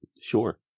Sure